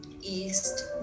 east